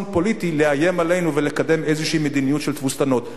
פוליטי לאיים עלינו ולקדם איזה רעיון של תבוסתנות.